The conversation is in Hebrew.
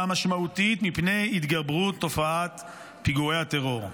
משמעותית מפני התגברות תופעת פיגועי הטרור.